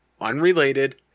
unrelated